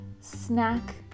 snack